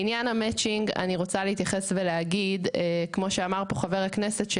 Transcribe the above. לעניין המצ'ינג אני רוצה להתייחס ולהגיד כמו שאמר פה חבר הכנסת,